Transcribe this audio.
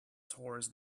towards